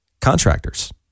contractors